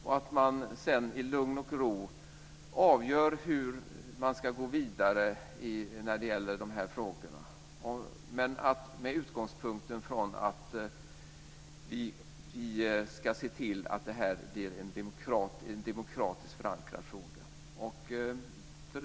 Man ska sedan i lugn och ro avgöra hur man ska gå vidare i frågorna. Utgångspunkten ska vara att frågan ska bli demokratiskt förankrad.